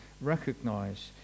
recognize